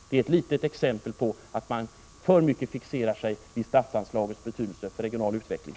Det är ett litet exempel på en alltför stark fixering vid statsanslagets betydelse för regional utveckling.